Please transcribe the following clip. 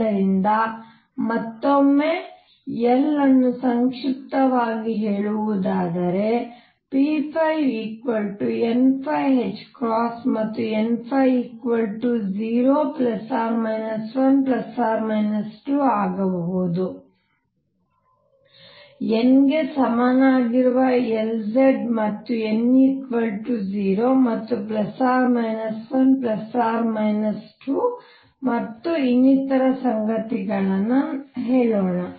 ಆದ್ದರಿಂದ ಮತ್ತೊಮ್ಮೆ Lz ಅನ್ನು ಸಂಕ್ಷಿಪ್ತವಾಗಿ ಹೇಳುವುದಾದರೆ p nಮತ್ತು n0 ±1 ±2 ಆಗಬಹುದು n ಗೆ ಸಮನಾಗಿರುವ Lz ಮತ್ತು n 0 ಮತ್ತು ± 1 ± 2 ಮತ್ತು ಇನ್ನಿತರ ಸಂಗತಿಗಳನ್ನು ಹೇಳೋಣ